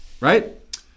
right